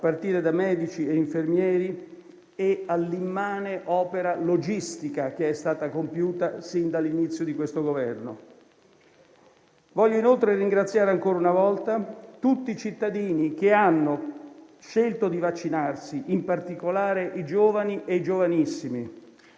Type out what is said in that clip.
a partire da medici e infermieri, e all'immane opera logistica che è stata compiuta sin dall'inizio di questo Governo. Voglio inoltre ringraziare, ancora una volta, tutti i cittadini che hanno scelto di vaccinarsi, in particolare i giovani e i giovanissimi